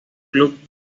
club